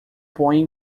põe